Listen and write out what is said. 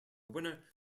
winner